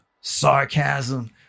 sarcasm